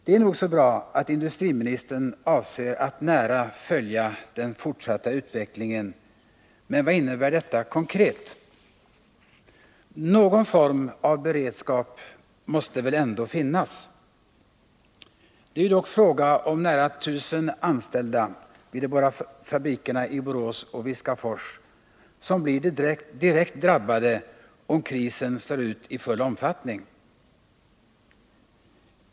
Det är nog så bra att industriministern avser att nära följa den fortsatta utvecklingen, men vad innebär detta konkret? Någon form av beredskap måste väl ändå finnas. Det är dock fråga om nära 1000 anställda vid de båda fabrikerna i Borås och Viskafors som blir direkt drabbade, om krisen slår ut i full omfattning.